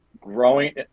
growing